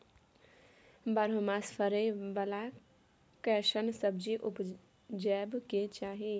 बारहो मास फरै बाला कैसन सब्जी उपजैब के चाही?